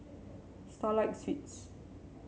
Starlight Suites